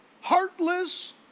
heartless